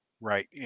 Right